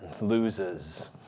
loses